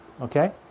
okay